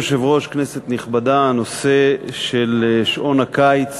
אדוני היושב-ראש, כנסת נכבדה, הנושא של שעון הקיץ